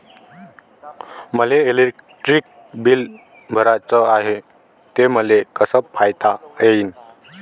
मले electric bill भराचं हाय, ते मले कस पायता येईन?